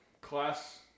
class